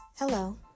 Hello